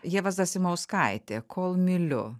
ieva zasimauskaitė kol myliu